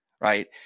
Right